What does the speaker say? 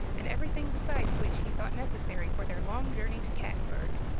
and everything besides which he thought necessary for their long journey to cattenburg.